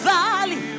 Valley